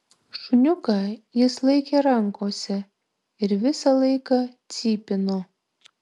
šuniuką jis laikė rankose ir visą laiką cypino